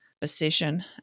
position